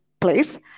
place